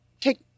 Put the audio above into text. take